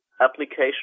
application